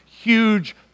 huge